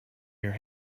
your